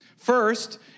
First